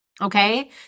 okay